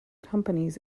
companies